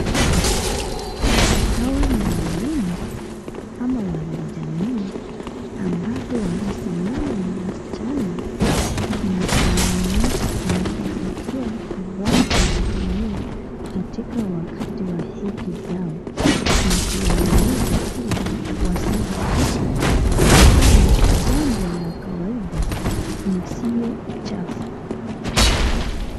Hawa ni walimu au wanajamii ambapo wamesimamana wasichana na kuwaonyesh na kuwapatia vifaa za kutumia katika wakati wa hedhi zao na kuwahimiza kua wasiaibike kwani jambo la kawaida na sio chafu.